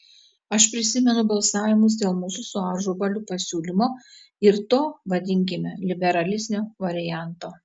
aš prisimenu balsavimus dėl mūsų su ažubaliu pasiūlymo ir to vadinkime liberalesnio varianto